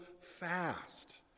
fast